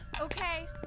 Okay